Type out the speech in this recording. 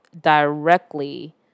directly